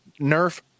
nerf